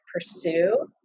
pursue